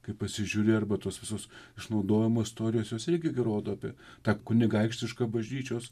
kai pasižiūri arba tuos visus išnaudojimo istorijos jos irgi gi rodo apie tą kunigaikštišką bažnyčios